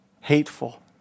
hateful